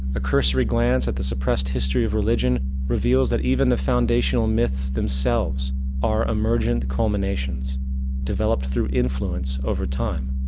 a cursory glance at the suppressed history of religion reveals that even the foundational myths themselves are emergent culminations developed through influence over time.